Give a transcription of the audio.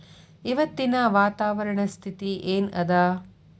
ಇವತ್ತಿನ ವಾತಾವರಣ ಸ್ಥಿತಿ ಏನ್ ಅದ?